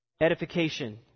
Edification